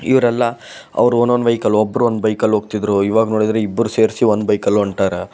ಇವರೆಲ್ಲ ಅವ್ರ own own ವೈಕಲ್ಲು ಒಬ್ಬರು ಒಂದು ಬೈಕಲ್ಲೋಗ್ತಿದ್ದರು ಇವಾಗ ನೋಡಿದರೆ ಇಬ್ಬರು ಸೇರಿಸಿ ಒಂದು ಬೈಕಲ್ಲಿ ಹೊಂಟಾರ